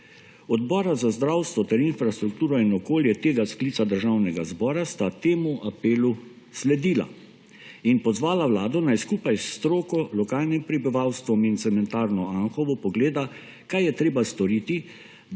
Odbora za zdravstvo ter infrastrukturo in okolje tega sklica Državnega zbora sta temu apelu sledila in pozvala Vlado, naj skupaj s stroko, lokalnim prebivalstvom in cementarno Anhovo pogleda, kaj je treba storiti,